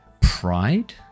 pride